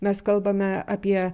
mes kalbame apie